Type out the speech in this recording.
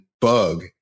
Bug